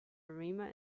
arima